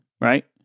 right